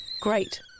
Great